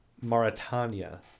Mauritania